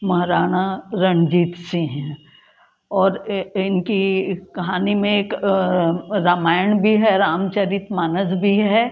महाराणा रणजीत सिंह और इनकी कहानी में एक रामायण भी है रामचरित मानस भी है